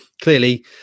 clearly